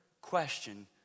question